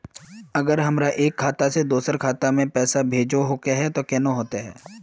अगर हमरा एक खाता से दोसर खाता में पैसा भेजोहो के है तो केना होते है?